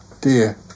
dear